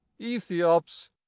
Ethiop's